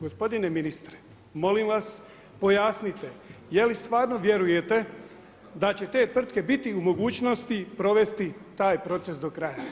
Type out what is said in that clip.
Gospodine ministre, molim vas pojasnite je li stvarno vjerujete da će te tvrtke biti u mogućnosti provesti taj proces do kraja?